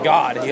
God